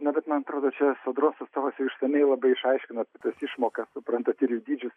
na bet man atrodo čia sodros atstovas jau išsamiai labai išaiškino apie tas išmokas suprantat ir jų dydžius